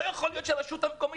לא יכול להיות שהרשות המקומית,